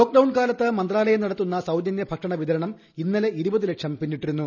lockdown കാലത്ത് മന്ത്രാലയം നടത്തുന്ന സൌജനൃ ഭക്ഷണ വിതരണം ഇന്നലെ ഇരുപത് ലക്ഷം പിന്നിട്ടിരുന്നു